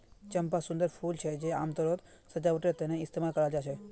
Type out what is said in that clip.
चंपा सुंदर फूल छे जे आमतौरत सजावटेर तने इस्तेमाल कराल जा छे